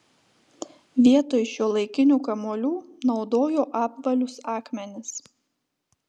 vietoj šiuolaikinių kamuolių naudojo apvalius akmenis